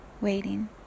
waiting